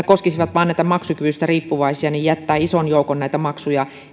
koskisivat vain näitä maksukyvystä riippuvaisia jättää edelleenkin ison joukon maksuja